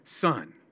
son